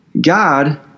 God